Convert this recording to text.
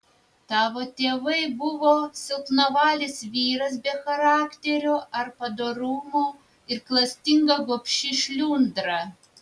tavo tėvai buvo silpnavalis vyras be charakterio ar padorumo ir klastinga gobši šliundra